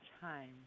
time